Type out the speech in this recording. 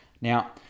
Now